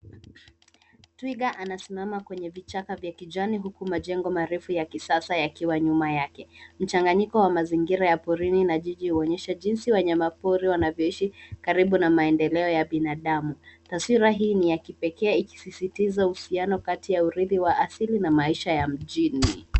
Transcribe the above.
Twiga anasimama kwenye vichaka vya kijani huku majengo marefu ya kisasa yakiwa nyuma yake. Mchanganyiko wa mazingira ya porini na jiji unaonyesha jinsi wanyama pori wanavyoishi karibu na maendeleo ya binadamu. Taswira hii ni ya kipekee ikisisistiza uhusiano kati ya urithi wa asili na maisha ya mjini.